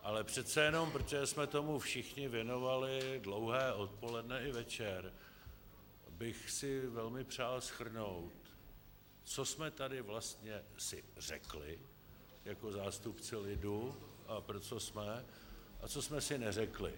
Ale přece jenom, protože jsme tomu všichni věnovali dlouhé odpoledne i večer, bych si velmi přál shrnout, co jsme tady vlastně si řekli jako zástupci lidu a pro co jsme a co jsme si neřekli.